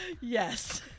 Yes